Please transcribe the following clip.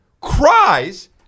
cries